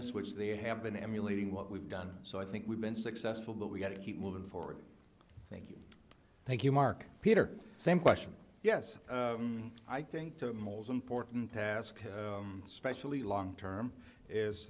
us which they have been emulating what we've done so i think we've been successful but we've got to keep moving forward thank you thank you mark peter same question yes i think the most important task especially long term is